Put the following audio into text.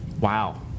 Wow